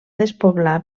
despoblar